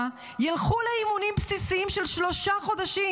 ילכו לאימונים בסיסיים של שלושה חודשים,